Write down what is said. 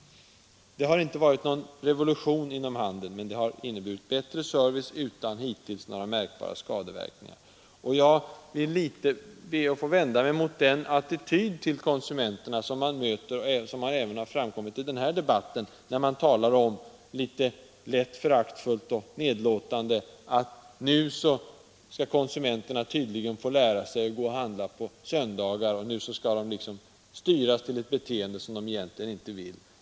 Borttagandet av affärstidslagen har inte inneburit någon revolution inom handeln, men det har blivit bättre service utan några hittills märkbara skadeverkningar. Jag vill vända mig mot den attityd till konsumenterna som även kommit fram i denna debatt, när man lätt föraktfullt och nedlåtande talar om att ”nu skall konsumenterna få lära sig att handla om söndagar, nu skall de styras till ett beteende som de egentligen inte önskar”.